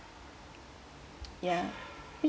ya